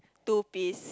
two piece